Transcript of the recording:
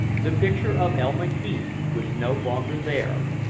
the picture of elma heath was no longer there.